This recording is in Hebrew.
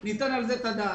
ניתן על זה את הדעת.